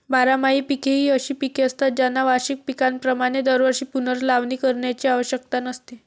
बारमाही पिके ही अशी पिके असतात ज्यांना वार्षिक पिकांप्रमाणे दरवर्षी पुनर्लावणी करण्याची आवश्यकता नसते